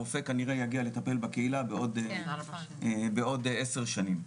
הרופא כנראה יגיע לטפל בקהילה בעוד עשר שנים.